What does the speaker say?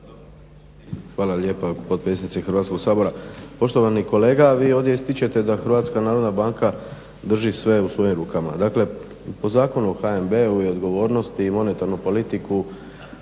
Hvala lijepa potpredsjednice Hrvatskog sabora. Poštovani kolega, vi ovdje ističete da Hrvatska narodna banka drži sve u svojim rukama. Dakle, po Zakonu o HNB-u i odgovornosti i monetarnu politiku